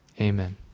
Amen